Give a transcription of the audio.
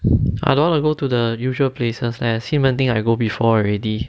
I don't want to go to the usual places as ximending I go before already